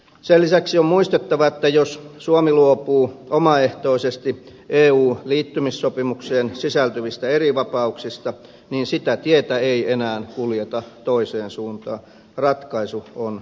sen lisäksi on muistettava että jos suomi luopuu omaehtoisesti eu liittymissopimukseen sisältyvistä erivapauksista niin sitä tietä ei enää kuljeta toiseen suuntaan ratkaisu on lopullinen